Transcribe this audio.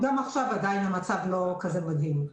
גם עכשיו עדיין המצב לא כזה מדהים.